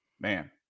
man